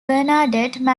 bernadette